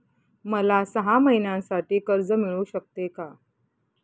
मला सहा महिन्यांसाठी कर्ज मिळू शकते का?